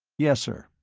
yes, sir.